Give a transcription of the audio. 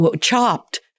chopped